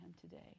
today